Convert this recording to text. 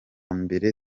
mbere